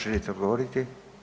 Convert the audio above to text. Želite odgovoriti?